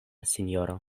sinjoro